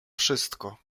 wszystko